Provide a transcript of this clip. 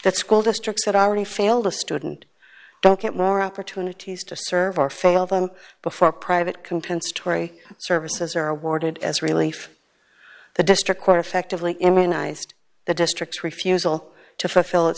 that school districts had already failed a student don't get more opportunities to serve our failed them before private compensatory services are awarded as relief the district court effectively immunized the district's refusal to fulfill